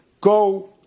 go